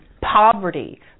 poverty